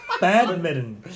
Badminton